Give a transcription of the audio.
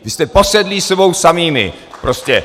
Vy jste posedlí sebou samými prostě.